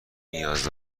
نیاز